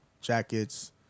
jackets